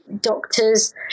doctors